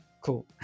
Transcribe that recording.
Cool